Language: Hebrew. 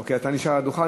אוקיי, אתה נשאר על הדוכן.